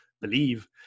believe